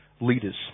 leaders